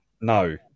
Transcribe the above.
No